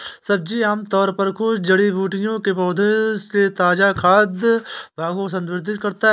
सब्जी आमतौर पर कुछ जड़ी बूटियों के पौधों के ताजा खाद्य भागों को संदर्भित करता है